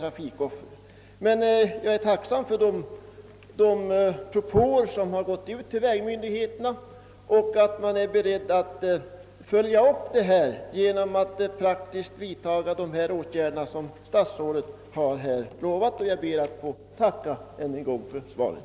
Jag är emellertid tacksam för att propåer har sänts ut till vägmvndigheterna och för att man är beredd att praktiskt vidtaga de åtgärder som statsrådet nämnde. Jag ber än en gång att få tacka för svaret.